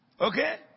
Okay